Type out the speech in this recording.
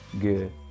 good